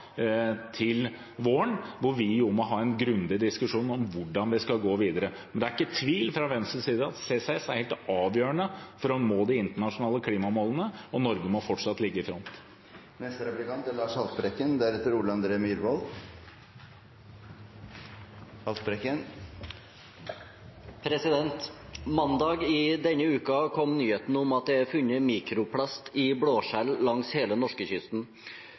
til våren, da vi må ha en grundig diskusjon om hvordan det skal gå videre. Men det er ikke tvil fra Venstres side om at CCS er helt avgjørende for å nå de internasjonale klimamålene, og Norge må fortsatt ligge i front. Mandag denne uken kom nyheten om at det er funnet mikroplast i blåskjell langs hele norskekysten.